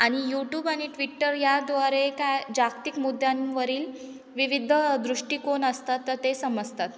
आणि यूट्यूब आणि ट्विटर याद्वारे काय जागतिक मुद्द्यांवरील विविध दृष्टीकोन असतात तर ते समजतात